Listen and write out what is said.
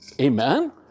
Amen